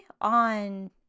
on